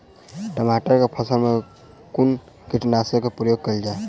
टमाटर केँ फसल मे कुन कीटनासक केँ प्रयोग कैल जाय?